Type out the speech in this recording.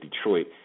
Detroit